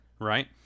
Right